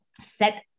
set